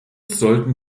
sollten